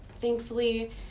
Thankfully